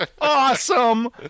Awesome